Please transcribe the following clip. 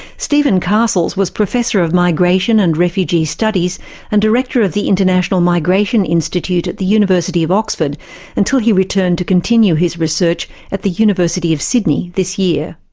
stephen castles was professor of migration and refugee studies and director of the international migration institute at the university of oxford until he returned to continue his research at the university of sydney this year.